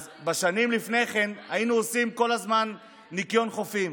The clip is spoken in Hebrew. אז בשנים לפני כן היינו עושים כל הזמן ניקיון חופים.